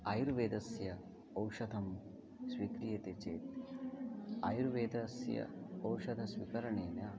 आयुर्वेदस्य औषधं स्वीक्रियते चेत् आयुर्वेदस्य औषधस्वीकरणेन